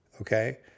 Okay